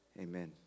Amen